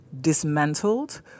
dismantled